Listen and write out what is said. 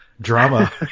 drama